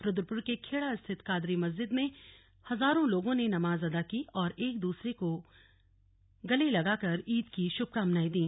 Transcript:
रुद्रपुर के खेड़ा स्थित कादरी मस्जिद में हजारों लोगों ने नमाज अदा की और एक द्रसरे को गले लगाएक ईद की शुभकामनाएं दी